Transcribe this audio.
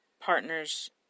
partners